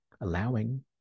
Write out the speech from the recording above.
Allowing